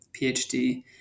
PhD